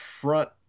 front